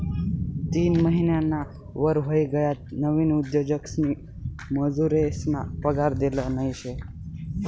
तीन महिनाना वर व्हयी गयात नवीन उद्योजकसनी मजुरेसना पगार देल नयी शे